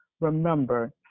Remember